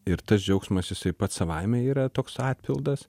ir tas džiaugsmas jisai pats savaime yra toks atpildas